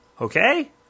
Okay